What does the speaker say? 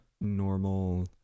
normal